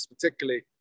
particularly